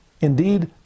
indeed